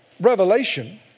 Revelation